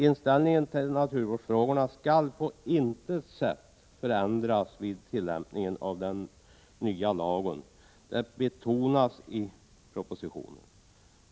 Inställningen till naturvårdsfrågorna skall på intet sätt förändras vid tillämpningen av den nya lagen. Det betonas i propositionen.